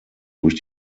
durch